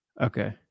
Okay